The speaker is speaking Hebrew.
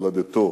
מולדתו: